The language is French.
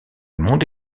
monde